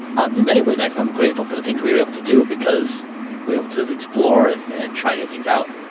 um in many ways, i am grateful for the things we were able to do because we were able to explore and and try new things out.